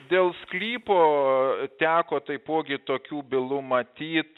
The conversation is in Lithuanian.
dėl sklypo teko taipogi tokių bylų matyt